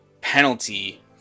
penalty